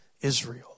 Israel